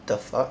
the fuck